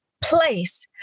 place